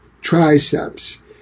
triceps